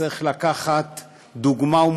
צריך לקחת דוגמה.